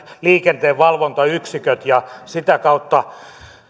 liikenteenvalvontayksiköt ja sitä kautta